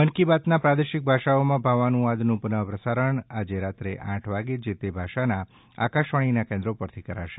મન કી બાતના પ્રાદેશિક ભાષાઓમાં ભાવાનુવાદનું પુનઃ પ્રસારણ આજે રાત્રે આઠ વાગે જે તે ભાષાના આકાશવાણીના કેન્દ્રો પરથી કરાશે